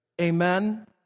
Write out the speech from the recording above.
Amen